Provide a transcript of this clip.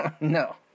no